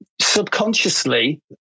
subconsciously